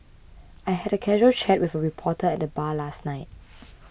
I had a casual chat with a reporter at the bar last night